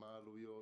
מה העלויות?